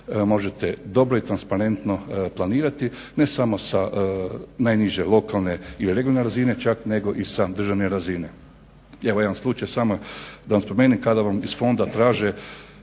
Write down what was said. možete dobro i transparentno planirati ne samo sa najniže lokalne i regionalne razine čak nego i sa državne razine. Evo jedan slučaj samo da vam spomenem, kada vam iz fonda traže